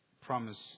promise